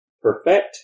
perfect